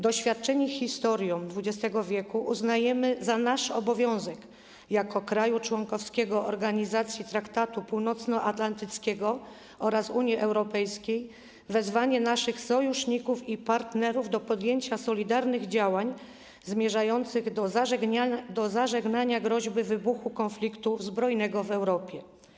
Doświadczeni historią XX wieku, uznajemy za nasz obowiązek - jako kraju członkowskiego Organizacji Traktatu Północnoatlantyckiego oraz Unii Europejskiej - wezwanie naszych sojuszników i partnerów do podjęcia solidarnych działań zmierzających do zażegnania groźby wybuchu konfliktu zbrojnego w Europie.